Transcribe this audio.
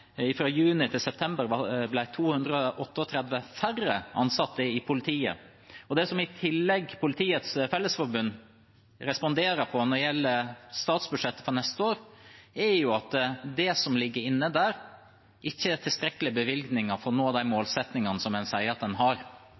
tallene fra Politidirektoratet viser jo at det fra juni til september ble 238 færre ansatte i politiet. Det Politiets Fellesforbund i tillegg responderer på når det gjelder statsbudsjettet for neste år, er at det som ligger inne der, ikke er tilstrekkelige bevilgninger for å nå de målsettingene man sier at man har.